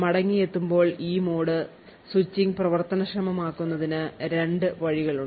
മടങ്ങിയെത്തുമ്പോൾ ഈ mode switching പ്രവർത്തനക്ഷമമാക്കുന്നതിന് രണ്ട് വഴികളുണ്ട്